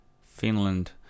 Finland